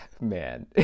man